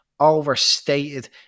overstated